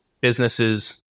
businesses